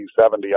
70